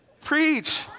Preach